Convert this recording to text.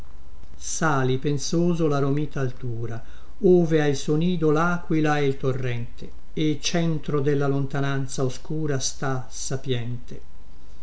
salì pensoso la romita altura ove ha il suo nido laquila e il torrente e centro della lontananza oscura sta sapïente